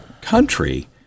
country